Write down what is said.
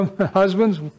Husbands